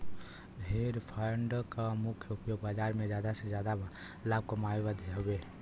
hedge fund क मुख्य उपयोग बाजार में जादा से जादा लाभ कमावल हउवे